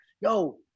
yo